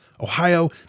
Ohio